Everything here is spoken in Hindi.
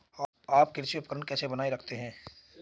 आप कृषि उपकरण कैसे बनाए रखते हैं?